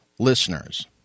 listeners